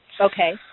Okay